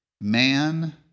Man